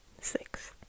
Six